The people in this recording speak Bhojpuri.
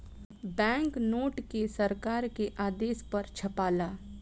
बैंक नोट के सरकार के आदेश पर छापाला